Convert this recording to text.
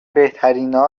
بهترینا